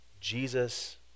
Jesus